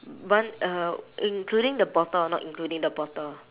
one uh including the bottle or not including the bottle